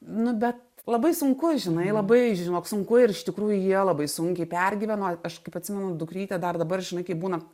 nu bet labai sunku žinai labai žinok sunku ir iš tikrųjų jie labai sunkiai pergyveno aš kaip atsimenu dukrytė dar dabar žinai kaip būna